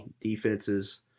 defenses